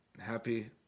happy